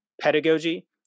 pedagogy